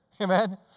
Amen